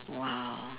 !wow!